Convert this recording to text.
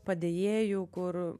padėjėjų kur